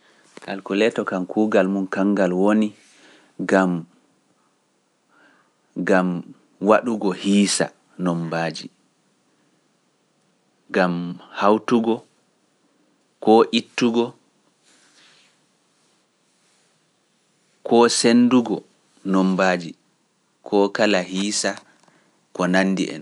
Kalkuleto kam kuugal mum kangal woni gam waɗugo hiisa no mbaaji, gam hawtugo, koo ittugo, koo sendugo no mbaaji, koo kala hiisa ko nanndi en.